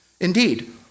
Indeed